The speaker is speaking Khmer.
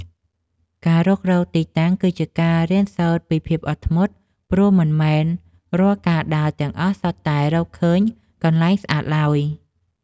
ការរុករកទីតាំងគឺជាការរៀនសូត្រពីភាពអត់ធ្មត់ ព្រោះមិនមែនរាល់ការដើរទាំងអស់សុទ្ធតែរកឃើញកន្លែងស្អាតឡើយ។